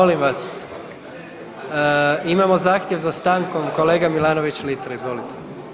Molim vas, imamo zahtjev za stankom kolega Milanović Litre izvolite.